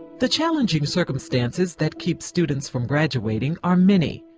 the challenging circumstances that keep students from graduating are many.